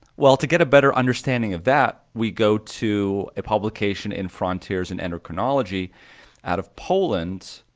well to get a better understanding of that, we go to a publication in frontiers in endocrinology out of poland,